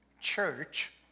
Church